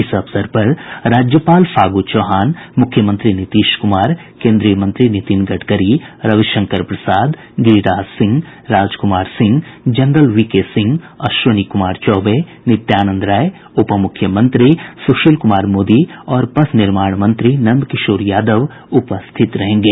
इस अवसर पर राज्यपाल फागू चौहान मूख्यमंत्री नीतीश कुमार केन्द्रीय मंत्री नितिन गडकरी रविशंकर प्रसाद गिरिराज सिंह राजकुमार सिंह जनरल वीके सिंह अश्विनी कुमार चौबे नित्यानंद राय उपमुख्यमंत्री सुशील कुमार मोदी और पथ निर्माण मंत्री नंदकिशोर यादव उपस्थित रहेंगे